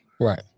Right